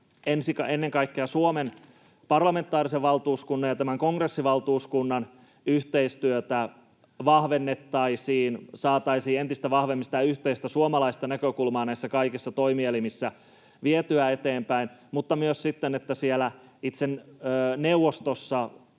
ennen kaikkea Suomen parlamentaarisen valtuuskunnan ja kongressivaltuuskunnan yhteistyötä vahvennettaisiin, saataisiin entistä vahvemmin sitä yhteistä suomalaista näkökulmaa näissä kaikissa toimielimissä vietyä eteenpäin. Toivoisin myös, että itse neuvostossa